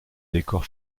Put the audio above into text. décors